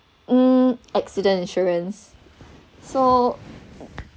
mm accident insurance so